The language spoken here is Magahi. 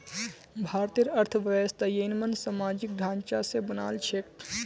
भारतेर अर्थव्यवस्था ययिंमन सामाजिक ढांचा स बनाल छेक